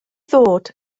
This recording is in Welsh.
ddod